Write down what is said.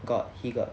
got he got